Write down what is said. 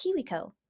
Kiwico